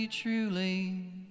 truly